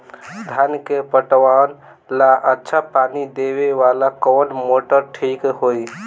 धान के पटवन ला अच्छा पानी देवे वाला कवन मोटर ठीक होई?